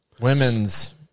women's